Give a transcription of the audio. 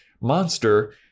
monster